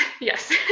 yes